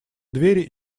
дверь